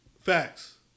Facts